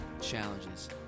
challenges